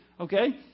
okay